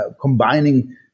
combining